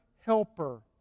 Helper